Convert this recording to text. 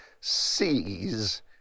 sees